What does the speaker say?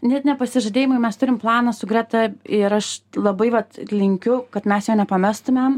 net ne pasižadėjimai mes turim planą su greta ir aš labai vat linkiu kad mes jo nepamestumėm